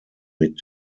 mit